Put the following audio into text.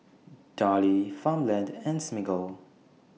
Darlie Farmland and Smiggle